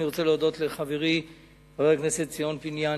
אני רוצה להודות לחברי חבר הכנסת ציון פיניאן,